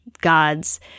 gods